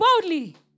boldly